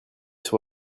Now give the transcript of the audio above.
sur